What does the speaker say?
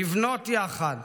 לבנות יחד,